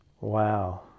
Wow